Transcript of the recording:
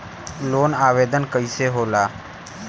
Loan आवेदन कैसे होला?